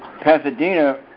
Pasadena